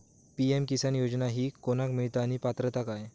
PM Kisan योजना ही कोणाक मिळता आणि पात्रता काय?